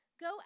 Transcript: Go